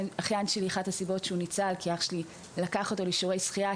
אחת הסיבות שהאחיין שלי ניצל הייתה כי אח שלי לקח אותו לשיעורי שחייה.